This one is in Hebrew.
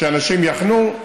שאנשים יחנו,